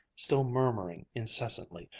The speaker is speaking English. still murmuring incessantly,